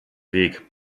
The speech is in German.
weg